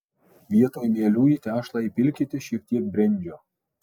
vietoj mielių į tešlą įpilkite šiek tiek brendžio